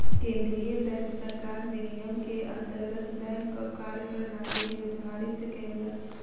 केंद्रीय बैंक सरकार विनियम के अंतर्गत बैंकक कार्य प्रणाली निर्धारित केलक